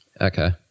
Okay